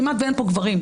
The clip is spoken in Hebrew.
כמעט ואין פה גברים.